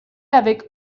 avec